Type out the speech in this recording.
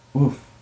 Oof